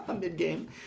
Mid-game